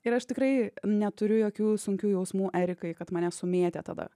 ir aš tikrai neturiu jokių sunkių jausmų erikai kad mane sumėtė tada